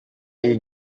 iyi